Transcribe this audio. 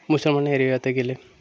মুসলমান এরিয়াতে গেলে